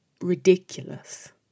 ridiculous